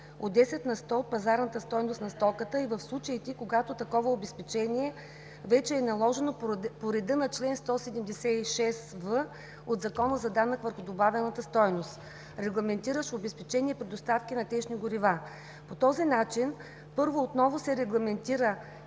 от 10 на сто от пазарната стойност на стоката и в случаите, когато такова обезпечение вече е наложено по реда на чл. 176в от Закона за данък върху добавената стойност, регламентиращ обезпечение по доставки на течни горива. По този начин, първо, отново се регламентира